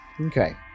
Okay